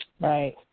Right